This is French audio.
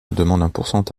demandent